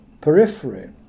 periphery